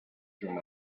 through